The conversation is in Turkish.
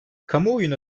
kamuoyuna